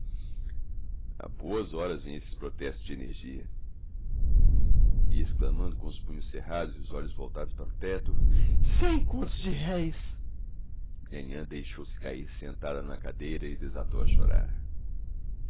a boas horas vêm esses protestos de energia e exclamando com os punhos cerrados e os olhos voltados para o teto cem contos de réis nhanhã deixou-se cair sentada numa cadeira e desatou a chorar